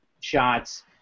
Shots